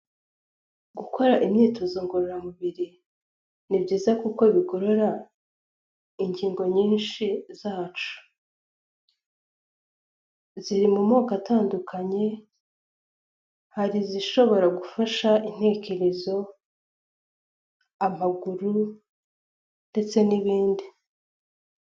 Gukora imyitozo ngororamubiri ni byiza kuko bigorora ingingo nyinshi zacu, ziri mu moko atandukanye hari izishobora gufasha intekerezo, amaguru ndetse n'ibindi.